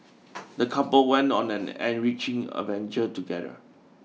the couple went on an enriching adventure together